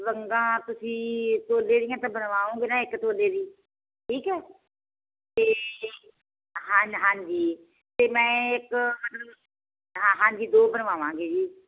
ਵੰਗਾਂ ਤੁਸੀਂ ਤੋਲੇ ਦੀਆਂ ਤਾਂ ਬਣਵਾਓਗੇ ਨਾ ਇੱਕ ਤੋਲੇ ਦੀ ਠੀਕ ਹੈ ਅਤੇ ਹਾਂਜੀ ਹਾਂਜੀ ਮੈਂ ਇੱਕ ਮਤਲਬ ਹਾਂ ਜੀ ਦੋ ਬਣਵਾਵਾਂਗੇ ਜੀ